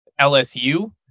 LSU